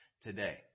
today